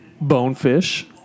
bonefish